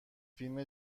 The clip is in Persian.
فیلم